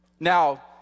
Now